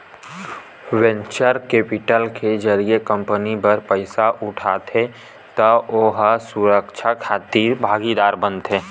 venture capital के जरिए company बर पइसा उठाबे त ओ ह सुरक्छा खातिर भागीदार बनथे